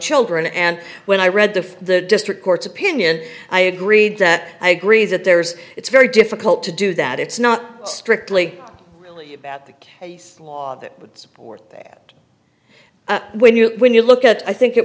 children and when i read the district court's opinion i agreed that i agree that there's it's very difficult to do that it's not strictly about the law that would support that when you when you look at i think it